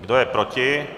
Kdo je proti?